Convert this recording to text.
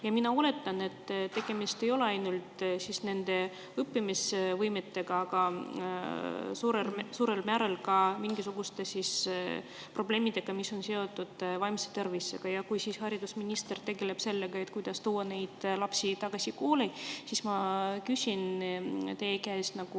Ja mina oletan, et tegemist ei ole ainult nende õppimisvõimega, vaid suurel määral ka mingisuguste probleemidega, mis on seotud vaimse tervisega. Haridusminister tegeleb sellega, kuidas tuua neid lapsi tagasi kooli, aga ma küsin teie kui